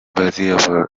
medieval